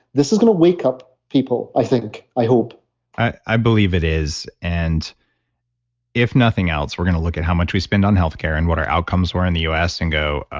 this is going to wake up people, i think, i hope i believe it is and if nothing else, we're going to look at how much we spend on healthcare and what our outcomes were in the u s. and go,